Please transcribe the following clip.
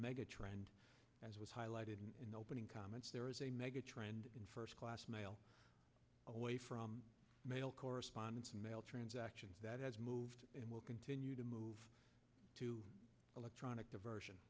megatrend as was highlighted in the opening comments there is a megatrend in first class mail away from mail correspondence and mail transactions that has moved will continue to move to electronic diversion